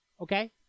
Okay